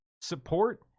support